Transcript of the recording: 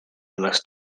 annaks